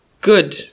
good